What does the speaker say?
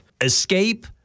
escape